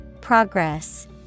Progress